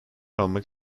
almak